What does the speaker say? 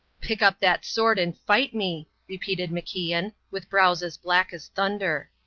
pick up that sword and fight me, repeated macian, with brows as black as thunder.